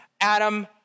Adam